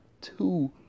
two